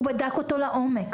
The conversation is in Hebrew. הוא בדק אותו לעומק.